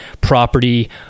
property